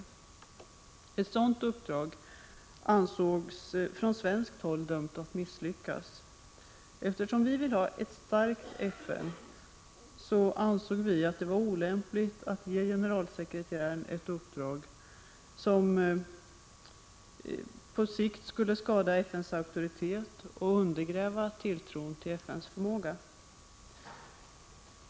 1985/86:157 Ettsådant uppdrag ansågs från svenskt håll dömt att misslyckas. Eftersom vi vill ha ett starkt FN, ansåg vi det olämpligt att ge generalsekreteraren ett uppdrag som på sikt skulle skada FN:s auktoritet och undergräva tilltron till FN:s förmåga.